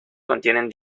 contienen